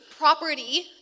Property